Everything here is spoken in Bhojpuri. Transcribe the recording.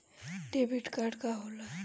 डेबिट कार्ड का होला?